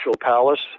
palace